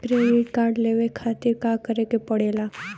Credit card लेवे खातिर का करे के पड़ेला?